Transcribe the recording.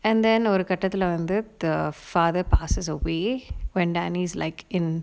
and then ஒரு கட்டத்துல வந்து:oru kattathula vanthu the father passes away when danny's like in